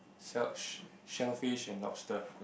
sell shellfish and lobster